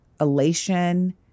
elation